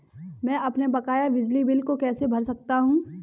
मैं अपने बकाया बिजली बिल को कैसे भर सकता हूँ?